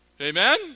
Amen